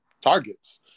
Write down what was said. targets